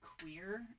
queer